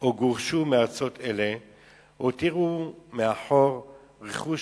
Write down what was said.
או גורשו מארצות אלה הותירו מאחור רכוש